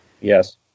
Yes